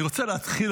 אני רוצה להתחיל,